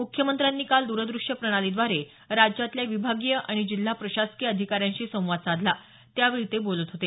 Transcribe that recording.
मुख्यमंत्र्यांनी काल दूरदृश्य प्रणालीद्वारे राज्यातल्या विभागीय आणि जिल्हा प्रशासकीय अधिकाऱ्यांशी संवाद साधला त्यावेळी ते बोलत होते